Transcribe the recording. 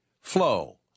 Flow